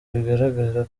bigaragara